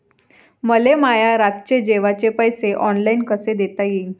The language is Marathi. मले माया रातचे जेवाचे पैसे ऑनलाईन कसे देता येईन?